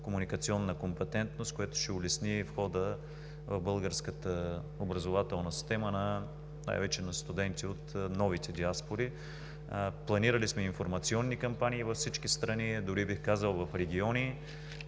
комуникационна компетентност, което ще улесни входа в българската образователна система най-вече на студенти от новите диаспори. Планирали сме информационни кампании във всички страни, дори бих казал в региони.